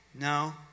No